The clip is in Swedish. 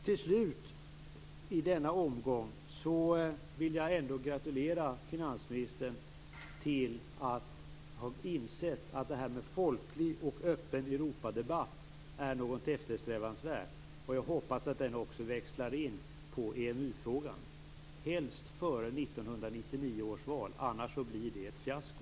Till slut i denna omgång vill jag ändå gratulera finansministern till att ha insett att det här med en folklig och öppen Europadebatt är något eftersträvansvärt. Jag hoppas att debatten också växlar in på EMU frågan, helst före 1999 års val. Annars blir det ett fiasko.